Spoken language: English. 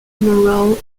morale